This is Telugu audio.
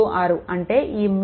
36 అంటే ఈ 3